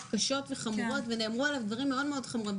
קשות וחמורות ונאמרו עליו דברים מאוד חמורים,